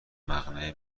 مقنعه